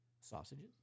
sausages